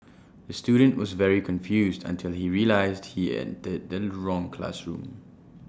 the student was very confused until he realised he entered the wrong classroom